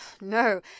No